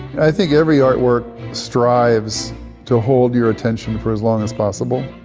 i think every artwork strives to hold your attention for as long as possible,